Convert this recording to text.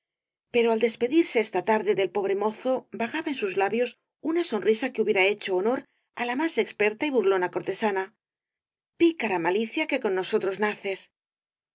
pero al despedirse esta tarde del pobre mozo vagaba en sus labios una sonrisa que hubiera hecho honor á la más experta y burlona cortesana pícara malicia que con nosotros naces